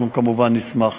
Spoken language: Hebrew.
אנחנו כמובן נשמח